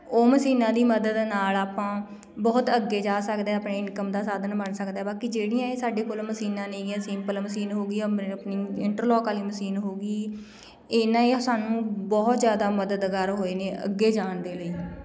ਉਹ ਮਸ਼ੀਨਾਂ ਦੀ ਮਦਦ ਨਾਲ ਆਪਾਂ ਬਹੁਤ ਅੱਗੇ ਜਾ ਸਕਦੇ ਆਪਣੇ ਇਨਕਮ ਦਾ ਸਾਧਨ ਬਣ ਸਕਦਾ ਬਾਕੀ ਜਿਹੜੀਆਂ ਇਹ ਸਾਡੇ ਕੋਲ ਮਸ਼ੀਨਾਂ ਨੇਗੀਆਂ ਸਿੰਪਲ ਮਸ਼ੀਨ ਹੋ ਗਈ ਆਪਣੀ ਇੰਟਰਲੋਕ ਵਾਲੀ ਮਸ਼ੀਨ ਹੋਗੀ ਇਹਨਾਂ ਇਹ ਸਾਨੂੰ ਬਹੁਤ ਜ਼ਿਆਦਾ ਮਦਦਗਾਰ ਹੋਏ ਨੇ ਅੱਗੇ ਜਾਣ ਦੇ ਲਈ